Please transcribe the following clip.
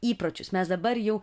įpročius mes dabar jau